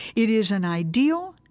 it is an ideal,